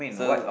so